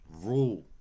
rule